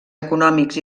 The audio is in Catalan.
econòmics